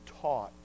taught